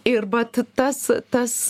ir vat tas tas